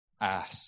Ask